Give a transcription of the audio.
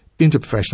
interprofessional